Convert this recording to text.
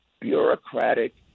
bureaucratic